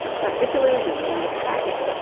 but disillusioned and tragic,